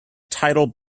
title